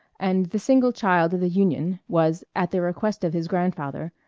and the single child of the union was, at the request of his grandfather,